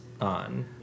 on